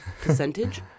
percentage